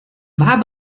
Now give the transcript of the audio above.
war